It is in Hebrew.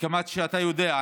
וכמו שאתה יודע,